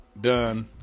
Done